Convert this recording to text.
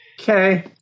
Okay